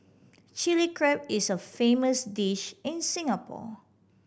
Chilli Crab is a famous dish in Singapore